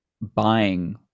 buying